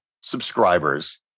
subscribers